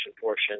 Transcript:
portion